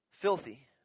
filthy